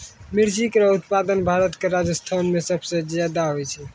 मिर्ची केरो उत्पादन भारत क राजस्थान म सबसे जादा होय छै